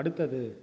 அடுத்தது